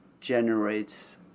generates